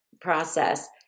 process